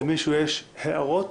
למישהו יש הערות?